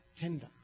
tender